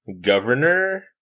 governor